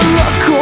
look